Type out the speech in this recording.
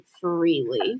freely